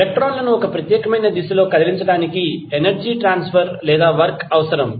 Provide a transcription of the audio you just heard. ఎలక్ట్రాన్లను ఒక ప్రత్యేకమైన దిశ లో కదిలించడానికి ఎనర్జీ ట్రాన్స్ఫర్ లేదా వర్క్ అవసరం